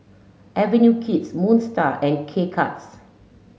Avenue Kids Moon Star and K Cuts